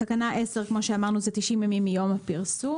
בתקנה 10, כמו שאמרנו אלה 90 ימים מיום הפרסום.